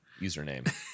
username